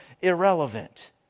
irrelevant